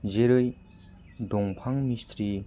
जेरै दंफां मिस्ट्रि